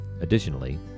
Additionally